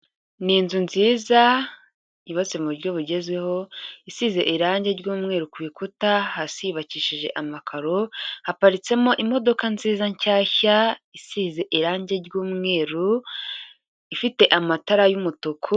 Ni inzu nziza yubatse mu buryo bugezweho, isize irange ry'umweru ku bikuta, hasi yubakishije amakaro, haparitsemo imodoka nziza nshyashya isize irange ry'umweru, ifite amatara y'umutuku.